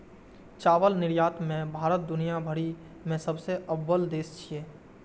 चावल निर्यात मे भारत दुनिया भरि मे सबसं अव्वल देश छियै